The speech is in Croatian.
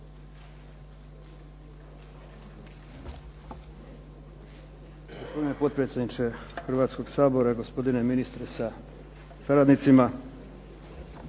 gospodine potpredsjedniče Hrvatskoga sabora. Gospodine ministre sa suradnicama